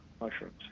mushrooms